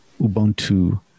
ubuntu